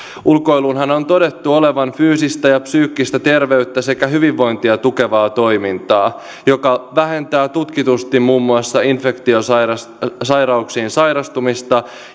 ulkoilunhan on todettu olevan fyysistä ja psyykkistä terveyttä sekä hyvinvointia tukevaa toimintaa joka vähentää tutkitusti muun muassa infektiosairauksiin sairastumista